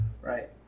right